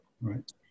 right